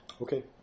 Okay